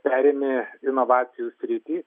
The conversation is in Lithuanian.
perėmė inovacijų sritį